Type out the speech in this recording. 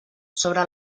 sobre